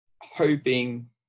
Hoping